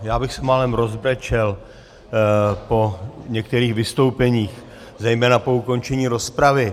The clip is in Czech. Já bych se málem rozbrečel po některých vystoupeních zejména po ukončení rozpravy.